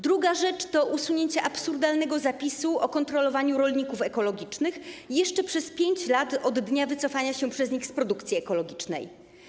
Druga rzecz to usunięcie absurdalnego zapisu o kontrolowaniu rolników ekologicznych jeszcze przez 5 lat od dnia wycofania się przez nich z produkcji ekologicznej.